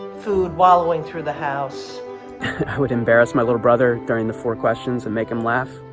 food wallowing through the house. i would embarrass my little brother during the four questions and make him laugh.